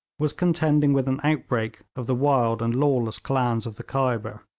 was contending with an outbreak of the wild and lawless clans of the khyber.